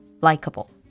likable